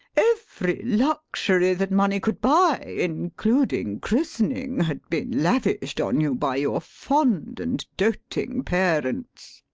every luxury that money could buy, including christening, had been lavished on you by your fond and doting parents.